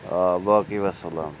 آ باقی وَسلام